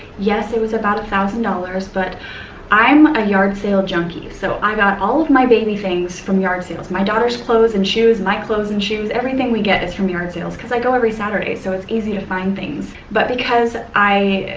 yes it was about a thousand dollars, but i'm a yard sale junky, so i got all of my baby things from yard sales, my daughter's clothes and shoes, my clothes and shoes, everything we get is from yard sales because i go every saturday, so it's easy to find things, but because i,